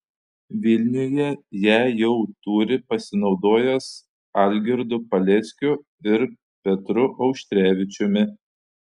vilniuje ją jau turi pasinaudojęs algirdu paleckiu ir petru auštrevičiumi